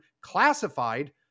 classified